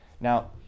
Now